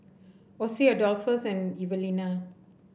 Ossie Adolphus and Evelena